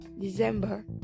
December